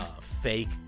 fake